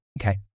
Okay